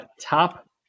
top